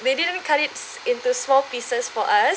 they didn't cut it into small pieces for us